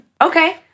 Okay